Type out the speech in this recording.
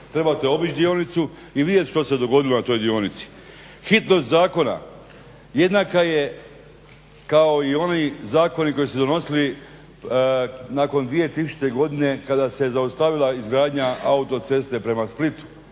Trebate obići dionicu i vidjeti što se dogodilo na toj dionici. Hitnost zakona jednaka je kao i oni zakoni koji su se donosili nakon 2000. godine kada se zaustavila izgradnja autoceste prema Splitu.